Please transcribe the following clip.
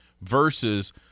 versus